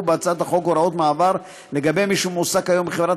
בהצעת החוק הוראות מעבר לגבי מי שמועסקים היום בחברת